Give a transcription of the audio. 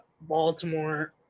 Baltimore